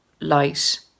light